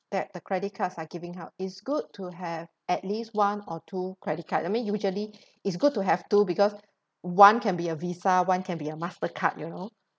that the credit cards are giving out it's good to have at least one or two credit card I mean usually it's good to have two because one can be a visa one can be a mastercard you know